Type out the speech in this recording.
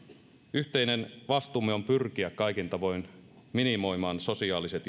yhteinen vastuumme on pyrkiä kaikin tavoin minimoimaan sosiaaliset